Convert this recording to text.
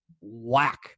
whack